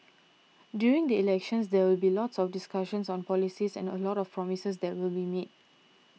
during the elections there will be lots of discussion on policies and lots of promises that will be made